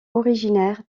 originaire